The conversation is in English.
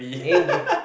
mean you